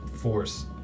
force